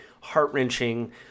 heart-wrenching